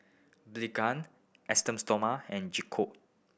Blephagel Esteem Stoma and Gingko